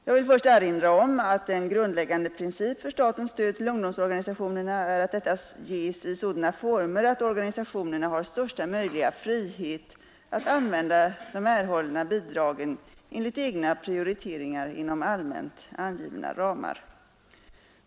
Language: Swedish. Jag vill först erinra om att en grundläggande princip för statens stöd till ungdomsorganisationerna är att detta ges i sådana former att organisationerna har största möjliga frihet att använda de erhållna bidragen enligt egna prioriteringar inom allmänt angivna ramar.